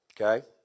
Okay